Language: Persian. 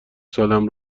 سالهام